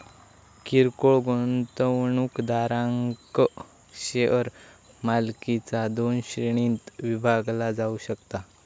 किरकोळ गुंतवणूकदारांक शेअर मालकीचा दोन श्रेणींत विभागला जाऊ शकता